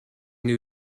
new